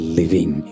living